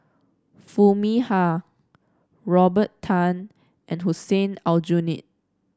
Foo Mee Har Robert Tan and Hussein Aljunied